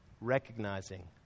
recognizing